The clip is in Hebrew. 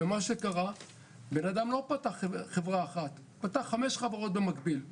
מה שקרה הוא שבן אדם לא פתח חברה אחת אלא פתח 5 חברות במקביל.